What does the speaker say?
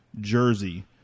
jersey